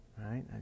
right